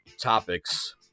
topics